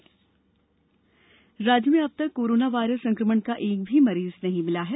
corona राज्य में अब तक कोरोना वायरस संक्रमण का एक भी मरीज नहीं मिला है